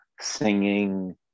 singing